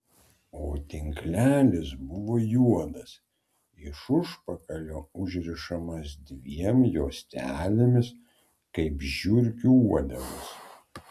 o tinklelis buvo juodas iš užpakalio užrišamas dviem juostelėmis kaip žiurkių uodegos